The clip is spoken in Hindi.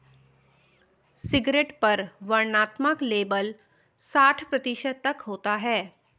सिगरेट पर वर्णनात्मक लेबल साठ प्रतिशत तक होता है